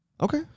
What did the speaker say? Okay